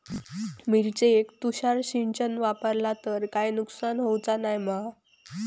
मिरचेक तुषार सिंचन वापरला तर काय नुकसान होऊचा नाय मा?